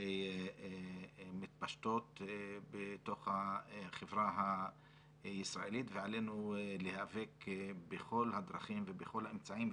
מתפשטות בתוך החברה הישראלית ועלינו להיאבק בכל הדרכים ובכל האמצעים,